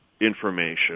information